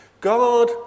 God